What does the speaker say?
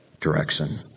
direction